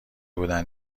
بودن